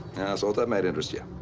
so that might interest you.